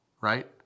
right